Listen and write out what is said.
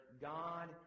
God